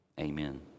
amen